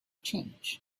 change